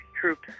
troops